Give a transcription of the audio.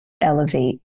elevate